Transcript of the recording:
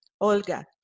olga